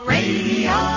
Radio